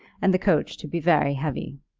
and the coach to be very heavy.